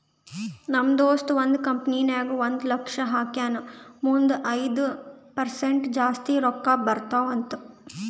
ನಮ್ ದೋಸ್ತ ಒಂದ್ ಕಂಪನಿ ನಾಗ್ ಒಂದ್ ಲಕ್ಷ ಹಾಕ್ಯಾನ್ ಮುಂದ್ ಐಯ್ದ ಪರ್ಸೆಂಟ್ ಜಾಸ್ತಿ ರೊಕ್ಕಾ ಬರ್ತಾವ ಅಂತ್